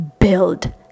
build